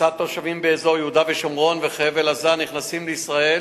מצד תושבים באזור יהודה ושומרון וחבל-עזה הנכנסים לישראל